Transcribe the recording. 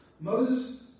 Moses